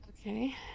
Okay